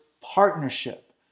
partnership